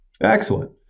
Excellent